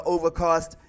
Overcast